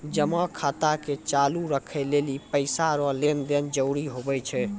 जमा खाता के चालू राखै लेली पैसा रो लेन देन जरूरी हुवै छै